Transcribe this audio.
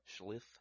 Schliff